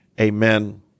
Amen